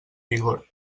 vigor